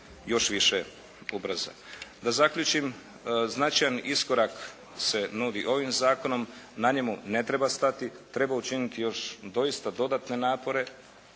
još više ubrza. Da zaključim, značajan iskorak se nudi ovim zakonom. Na njemu ne treba stati, treba učiniti još doista dodatne napore.